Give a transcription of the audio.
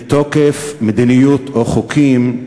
מתוקף מדיניות או חוקים,